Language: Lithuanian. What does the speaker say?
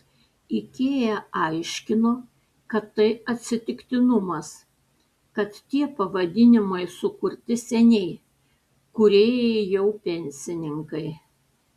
ikea aiškino kad tai atsitiktinumas kad tie pavadinimai sukurti seniai kūrėjai jau pensininkai